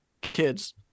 kids